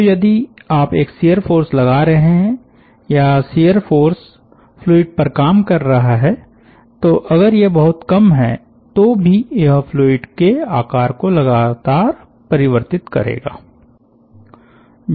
तो यदि आप एक शियर फ़ोर्स लगा रहे हैं या शियर फ़ोर्स फ्लूइड पर काम कर रहा हैं तो अगर यह बहुत कम है तो भी यह फ्लूइड के आकार को लगातार परिवर्तित करेगा